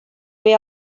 way